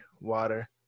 water